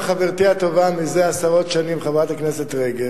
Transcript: אנחנו בונים, חבר הכנסת כץ וחברת הכנסת רגב,